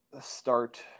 start